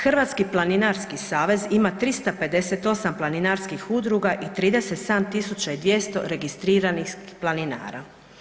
Hrvatski planinarski savez ima 358 planinarskih udruga i 37 200 registriranih planinara.